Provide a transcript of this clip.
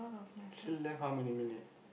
still left how many minute